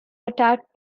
attacked